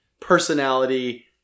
Personality